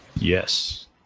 Yes